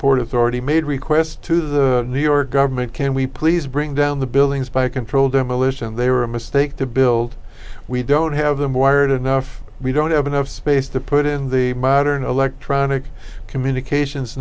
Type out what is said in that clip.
port authority made requests to the new york government can we please bring down the buildings by controlled demolition they were a mistake to build we don't have them wired enough we don't have enough space to put in the modern electronic communications